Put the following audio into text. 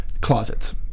closets